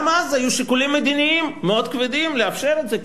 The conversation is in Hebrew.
גם אז היו שיקולים מדיניים מאוד כבדים לאפשר את זה,